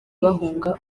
bahunga